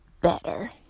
better